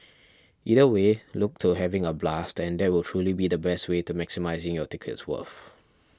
either way look to having a blast and that will truly be the best way to maximising your ticket's worth